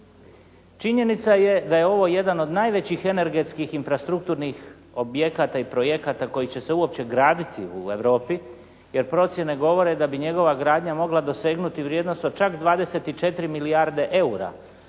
Činjenica je da je ovo jedan od najvećih energetskih infrastrukturnih objekata i projekata koji će se uopće graditi u Europi jer procjene govore da bi njegova gradnja mogla dosegnuti vrijednost od čak 24 milijarde eura,